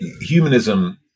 humanism